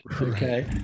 okay